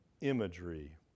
imagery